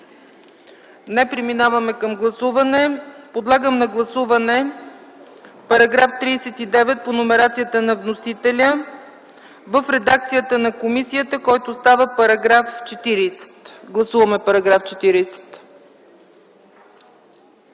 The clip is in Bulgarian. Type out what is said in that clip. Не. Преминаваме към гласуване. Подлагам на гласуване § 39 по номерацията на вносителя в редакцията на комисията, който става § 40. Гласуваме § 40.